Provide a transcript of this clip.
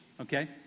Okay